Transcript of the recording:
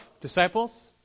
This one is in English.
disciples